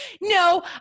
No